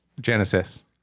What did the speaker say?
Genesis